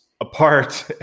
apart